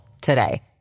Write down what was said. today